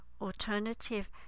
alternative